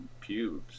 pubes